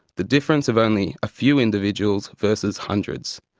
the difference of only a few individuals versus hundreds.